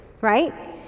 Right